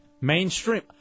Mainstream